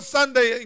Sunday